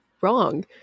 wrong